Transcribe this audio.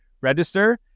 register